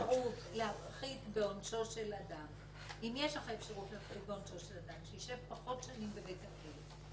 אם יש לך אפשרות להפחית בעונשו של אדם שיישב פחות שנים בבית הכלא,